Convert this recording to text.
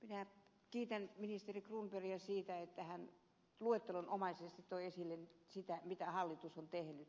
minä kiitän ministeri cronbergiä siitä että hän luettelonomaisesti toi esille sen mitä hallitus on tehnyt